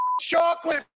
chocolate